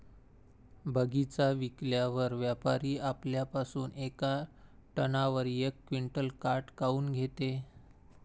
बगीचा विकल्यावर व्यापारी आपल्या पासुन येका टनावर यक क्विंटल काट काऊन घेते?